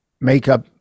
makeup